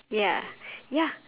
ya ya